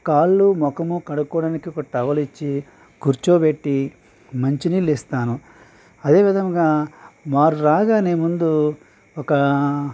కాళ్ళు ముఖము కడుక్కోవడానికి ఒక టవల్ ఇచ్చి కూర్చోబెట్టి మంచి నీళ్ళు ఇస్తాను అదే విధముగా వారు రాగానే ముందు ఒకా